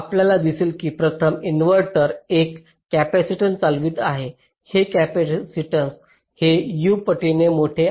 आपल्याला दिसेल की प्रथम इनव्हर्टर एक कॅपेसिटन्स चालवित आहे हे कॅपेसिटन्स हे U पटीने मोठे आहे